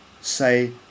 say